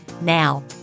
Now